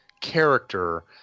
character